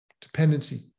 Dependency